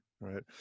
Right